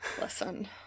listen